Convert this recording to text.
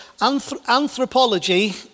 anthropology